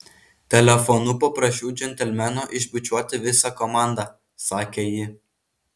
telefonu paprašiau džentelmeno išbučiuoti visą komandą sakė ji